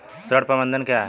ऋण प्रबंधन क्या है?